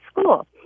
school